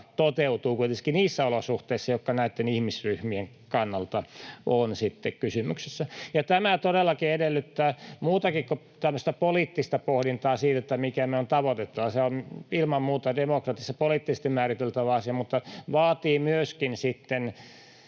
toteutuu kuitenkin niissä olosuhteissa, jotka näitten ihmisryhmien kannalta ovat kysymyksessä. Tämä todellakin edellyttää muutakin kuin tämmöistä poliittista pohdintaa siitä, mikä meidän on tavoitettava. Se on ilman muuta demokratiassa poliittisesti määriteltävä asia mutta vaatii myöskin